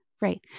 Right